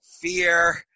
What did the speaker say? fear